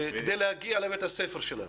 כדי להגיע לבית הספר שלהם.